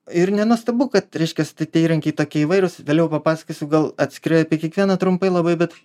ir nenuostabu kad reiškias t tie įrankiai tokie įvairūs vėliau papasakosiu gal atskirai apie kiekvieną trumpai labai bet